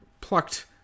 plucked